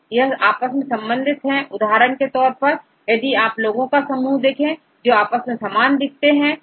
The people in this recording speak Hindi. अब यह आपस में संबंधित है उदाहरण के तौर पर यदि आप लोगों का समूह देखें जो आपस में समान दिखते हैं